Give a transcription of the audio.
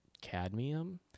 cadmium